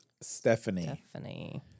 Stephanie